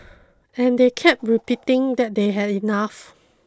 and they kept repeating that they had enough